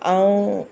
ऐं